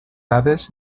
dades